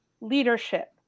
leadership